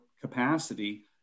capacity